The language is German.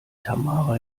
tamara